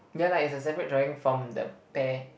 ya lah is a separate drawing from the pear